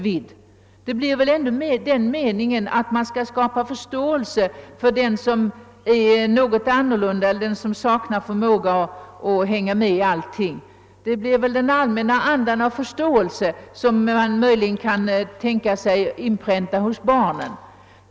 Vi får väl i stället fatta saken så att vi måste skapa förståelse för den som är annorlunda eller saknar förmåga att alltid hänga med. Denna allmänna anda av förståelse kan man möjligen inpränta hos barnen.